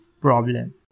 problem